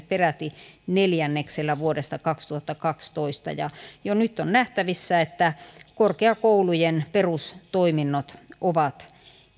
peräti neljänneksellä vuodesta kaksituhattakaksitoista ja jo nyt on nähtävissä että korkeakoulujen perustoiminnot ovat